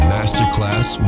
Masterclass